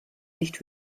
nicht